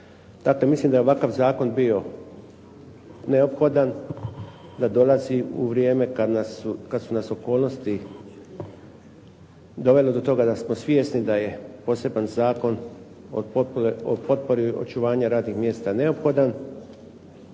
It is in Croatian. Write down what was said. Dakle, mislim da je ovakav zakon bio neophodan, da dolazi u vrijeme kad su nas okolnosti dovele do toga da smo svjesni da je poseban Zakon o potpori očuvanja radnih mjesta neophodan